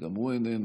אם הוא איננו,